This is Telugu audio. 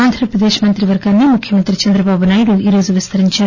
ఆంధ్రప్రదేశ్ మంత్రి వర్గాన్ని ముఖ్యమంత్రి చంద్రబాబు నాయుడు ఈరోజు విస్తరించారు